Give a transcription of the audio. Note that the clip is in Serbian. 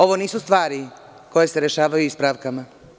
Ovo nisu stvari koje se rešavaju ispravkama.